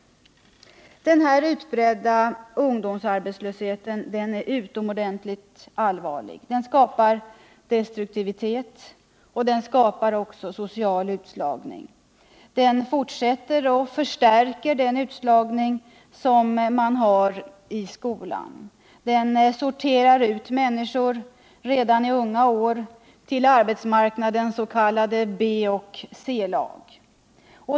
Denna utbredda ungdomsarbetslöshet är utomordentligt allvarlig. Den skapar destruktivitet och social utslagning. Den fortsätter och förstärker den utslagning som man har i skolan. Den sorterar ut människor redan i unga år till arbetsmarknadens s.k. B och C-lag.